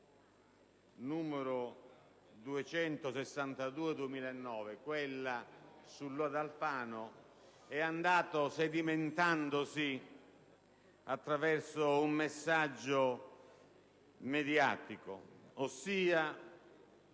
n. 262 del 2009, quella sul lodo Alfano, è andato sedimentandosi attraverso un messaggio mediatico, ossia